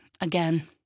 again